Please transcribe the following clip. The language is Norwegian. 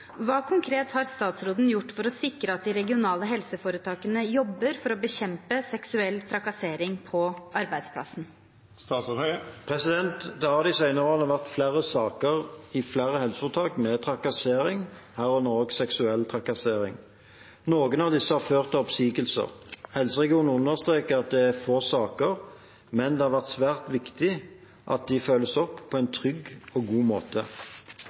Hva konkret har statsråden gjort for å sikre at de regionale helseforetakene jobber for å bekjempe seksuell trakassering på arbeidsplassen?» Det har de senere årene vært flere saker i flere helseforetak om trakassering, herunder også seksuell trakassering. Noen av disse har ført til oppsigelser. Helseregionene understreker at det er få saker, men at det har vært svært viktig at de følges opp på en trygg og god måte.